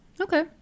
Okay